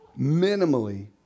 minimally